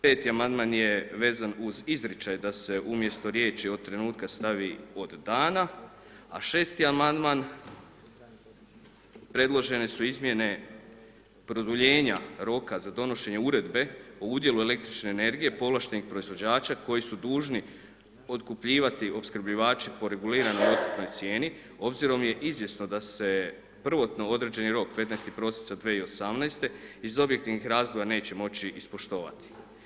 Peti amandman je vezan uz izričaj da se umjesto riječi od trenutka, stavi od dana, a šesti amandman, predložene su izmjene produljenje roka za donošenje Uredbe o udjelu električne energije povlaštenih proizvođača koji su dužni otkupljivati opskrbljivače po reguliranoj otkupnoj cijeni obzirom je izvjesno da se prvotno određeni rok, 15. prosinca 2018., iz objektivnih razloga neće moći ispoštovati.